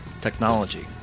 technology